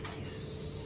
nice.